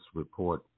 report